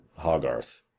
hogarth